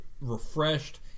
Refreshed